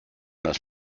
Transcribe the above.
des